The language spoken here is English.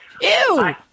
Ew